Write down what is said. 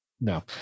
No